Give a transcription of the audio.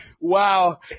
Wow